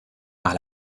par